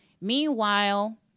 meanwhile